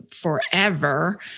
forever